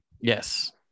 Yes